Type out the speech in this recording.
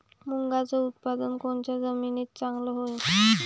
मुंगाचं उत्पादन कोनच्या जमीनीत चांगलं होईन?